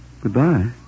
Goodbye